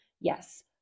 yes